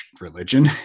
religion